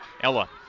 Ella